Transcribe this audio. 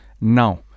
Now